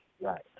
Right